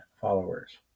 followers